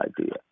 idea